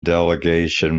delegation